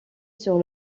sur